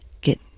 get